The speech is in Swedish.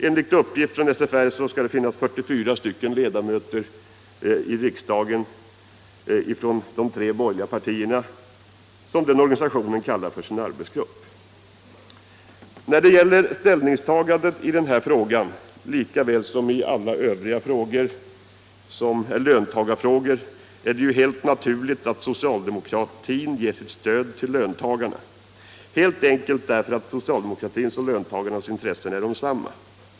Enligt uppgift från SFR skulle det finnas 44 ledamöter i riksdagen ifrån de tre borgerliga partierna som organisationen kallar för sin grupp. När det gäller ställningstagandet i den här frågan lika väl som i alla andra löntagarfrågor är det helt naturligt att socialdemokratin ger sitt stöd åt löntagarna — helt enkelt därför att socialdemokratins och löntagarnas intressen är desamma.